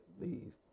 leave